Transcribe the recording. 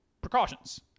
precautions